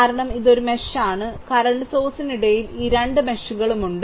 കാരണം ഇത് ഒരു മെഷ് ആണ് കറന്റ് സോഴ്സിനിടയിൽ ഈ രണ്ട് മെഷുകളും ഉണ്ട്